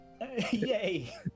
Yay